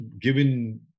given